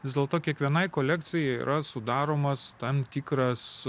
vis dėlto kiekvienai kolekcijai yra sudaromas tam tikras